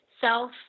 self